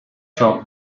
ciò